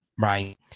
Right